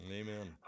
amen